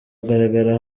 agaragara